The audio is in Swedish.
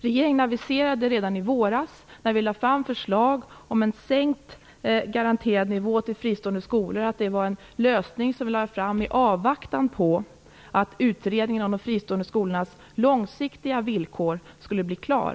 Regeringen aviserade redan i våras, när vi lade fram förslag om en sänkt garanterad nivå till fristående skolor, att det var en lösning i avvaktan på att utredningen om de fristående skolornas långsiktiga villkor skulle bli klar.